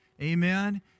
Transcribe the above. Amen